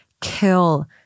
kill